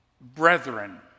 Brethren